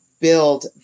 build